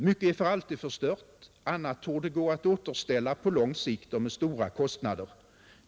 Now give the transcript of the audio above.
Mycket är för alltid förstört, annat torde gå att återställa på lång sikt och med stora kostnader.